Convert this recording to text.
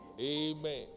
Amen